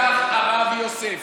לקח הרב יוסף